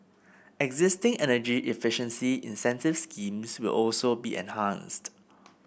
existing energy efficiency incentive schemes will also be enhanced